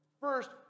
First